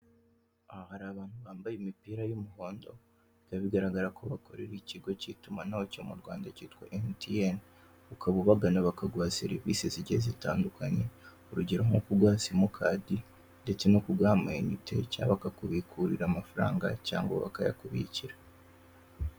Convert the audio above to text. Aha hari abantu bambaye imipira ya umuhondo, bikaba bigaragara ko bakorera ikigo cya itumanaho cyo mu Rwanda cyitwa MTN. Ukaba ubagana bakaguha serivise zigiye zitandukanye, urugero nko kuguha simukadi ndetse no kuguha amayinite cyangwa bakakubikurira amafaranga cyangwa bakayakubikira.